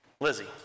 Lizzie